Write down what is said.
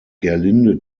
gerlinde